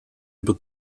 über